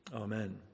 Amen